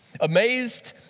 Amazed